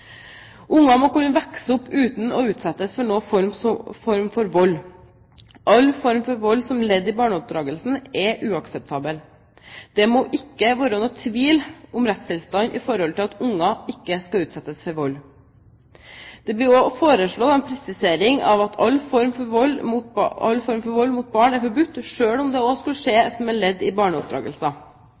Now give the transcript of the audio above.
må kunne vokse opp uten å utsettes for noen form for vold. All form for vold som ledd i barneoppdragelsen er uakseptabel. Det må ikke være noen tvil om rettstilstanden i forhold til at barn ikke skal utsettes for vold. Det blir også foreslått en presisering av at all form for vold mot barn er forbudt, selv om det også skulle skje som et ledd i